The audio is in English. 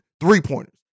three-pointers